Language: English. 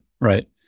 right